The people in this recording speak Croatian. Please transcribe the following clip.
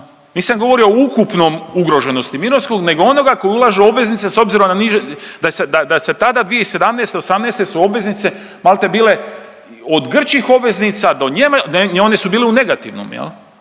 nisam govorio o ukupnoj ugroženosti mirovinskog nego onoga ko ulaže u obveznice s obzirom da se tada 2017., '18.-te su obveznice malte bile od grčkih obveznica one su bile u negativnom,